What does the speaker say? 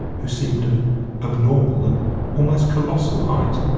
who seemed of abnormal and almost colossal height.